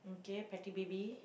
okay petty B_B